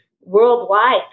Worldwide